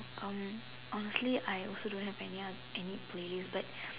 um honestly I also don't have any other any playlist but